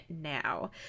now